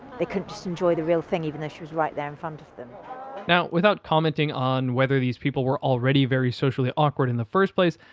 they couldn't just enjoy the real thing even though she was right there in front of them. now without commenting on whether these people were already very socially awkward in the first place,